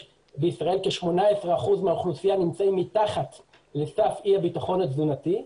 בישראל כ-18 אחוזים מהאוכלוסייה נמצאת מתחת לסף אי הביטחון התזונתי.